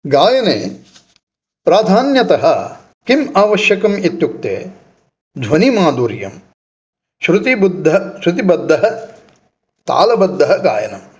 गायने प्राधान्यतः किम् आवश्यकम् इत्युक्ते ध्वनिमाधुर्यं श्रुतिबुद्ध श्रुतिबद्धः तालबद्धः गायनम्